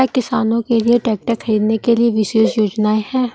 क्या किसानों के लिए ट्रैक्टर खरीदने के लिए विशेष योजनाएं हैं?